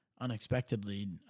unexpectedly